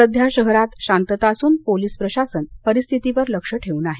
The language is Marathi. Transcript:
सध्या शहरात शांतता असून पोलीस प्रशासन परिस्थितीवर लक्ष ठेवून आहे